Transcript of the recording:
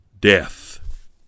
death